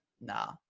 nah